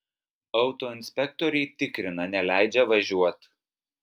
autoinspektoriai tikrina neleidžia važiuot